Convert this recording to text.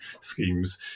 schemes